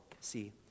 see